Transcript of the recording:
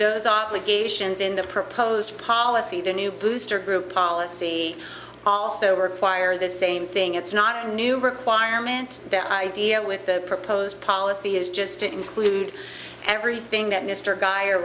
those obligations in the proposed policy of the new booster group policy also require the same thing it's not a new requirement their idea with the proposed policy is just to include everything that mr guy or